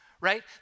right